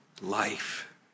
life